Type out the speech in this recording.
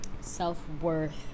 self-worth